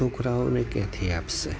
છોકરાઓને ક્યાંથી આપશે